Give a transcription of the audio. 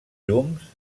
llums